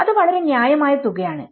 അത് വളരെ ന്യായമായ തുകയാണ്